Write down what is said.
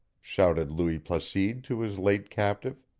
shouted louis placide to his late captive.